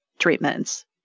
treatments